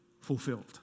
fulfilled